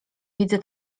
widzę